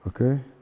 Okay